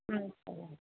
ம் சரி மேம்